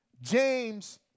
James